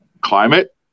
climate